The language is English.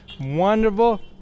Wonderful